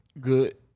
good